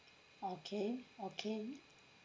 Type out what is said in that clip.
okay okay